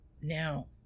Now